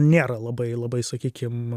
nėra labai labai sakykim